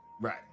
Right